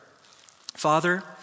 Father